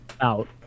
out